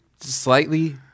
slightly